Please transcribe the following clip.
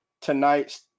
tonight's